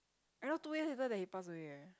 I know two days later that he passed away eh